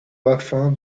baffin